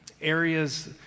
areas